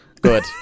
good